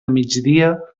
migdia